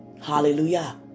hallelujah